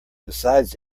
besides